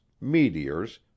meteors